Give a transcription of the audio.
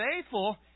faithful